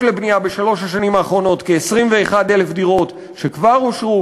לבנייה בשלוש השנים האחרונות כ-21,000 דירות שכבר אושרו,